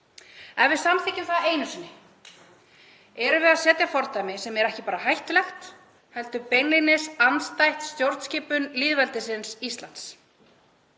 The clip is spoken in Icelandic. Ef við samþykkjum það einu sinni erum við að setja fordæmi sem er ekki bara hættulegt heldur beinlínis andstætt stjórnskipun lýðveldisins Íslands.